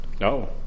No